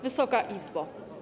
Wysoka Izbo!